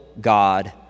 god